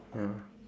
ya